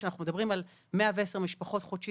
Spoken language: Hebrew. כשאנחנו מדברים על 110,000 משפחות חודשי